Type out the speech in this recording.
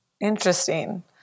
Interesting